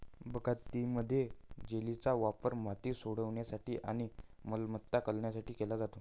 बागायतीमध्ये, जेलीचा वापर माती सोडविण्यासाठी आणि समतल करण्यासाठी केला जातो